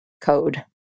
code